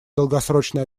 долгосрочные